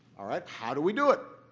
all right, how do we do it?